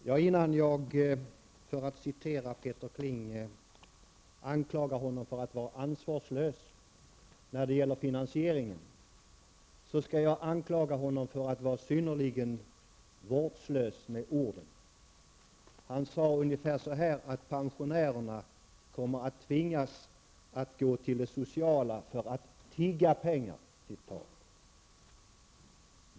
Herr talman! Innan jag anklagar Peter Kling för att vara ansvarslös när det gäller finansieringen, skall jag anklaga honom för att vara synnerligen vårdslös med orden. Han sade ungefär att pensionärerna kommer att tvingas att gå till det sociala för att tigga pengar.